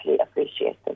appreciated